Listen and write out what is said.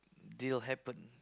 deal happen